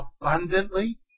Abundantly